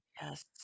yes